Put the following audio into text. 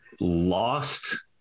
lost